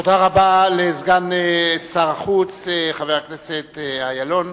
תודה לסגן שר החוץ חבר הכנסת איילון.